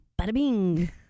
bada-bing